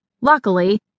Luckily